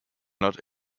not